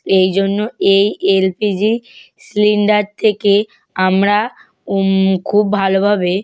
এই জন্য এই এল পি জি সিলিন্ডার থেকে আমরা খুব ভালোভাবে